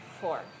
four